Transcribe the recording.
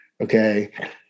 Okay